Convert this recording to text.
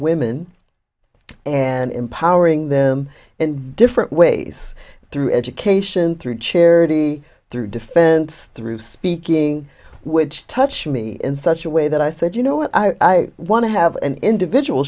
women and empowering them in different ways through education through charity through defense through speaking which touch me in such a way that i said you know what i want to have an individual